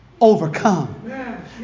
overcome